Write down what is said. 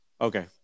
Okay